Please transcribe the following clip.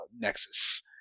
Nexus